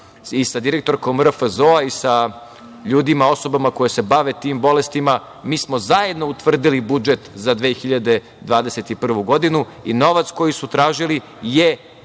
sa direktorkom RFZO i sa osobama koje se bave tim bolestima. Mi smo zajedno utvrdili budžet za 2021. godinu i novac koji su tražili je